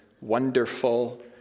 wonderful